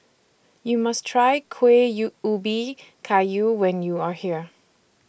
YOU must Try Kueh YOU Ubi Kayu when YOU Are here